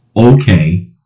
okay